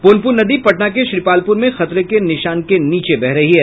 पुनपुन नदी पटना के श्रीपालपुर में खतरे के निशान के नीचे बह रही है